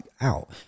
out